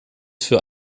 für